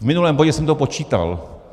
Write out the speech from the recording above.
V minulém bodě jsem to počítal.